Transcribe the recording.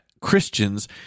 Christians